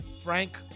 Frank